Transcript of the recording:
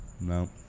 No